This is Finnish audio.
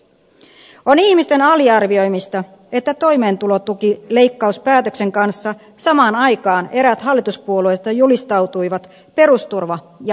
on ihmisten aliarvioimista että toimeentulotukileikkauspäätöksen kanssa samaan aikaan eräät hallituspuolueista julistautuivat perusturva ja perustulopuolueiksi